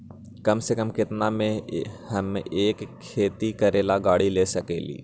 कम से कम केतना में हम एक खेती करेला गाड़ी ले सकींले?